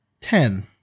ten